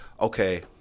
okay